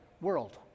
world